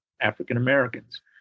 African-Americans